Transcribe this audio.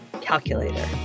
calculator